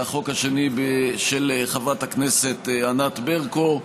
והחוק השני של חברת הכנסת ענת ברקו.